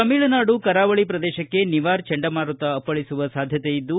ತಮಿಳುನಾಡು ಕರಾವಳಿ ಪ್ರದೇಶಕ್ಕೆ ನಿವಾರ್ ಚಂಡಮಾರುತ ಅಪ್ಪಳಿಸುವ ಸಾಧ್ಯತೆಯಿದ್ದು